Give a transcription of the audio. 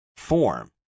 Form